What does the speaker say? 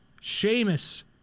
Sheamus